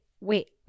Wait